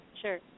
Sure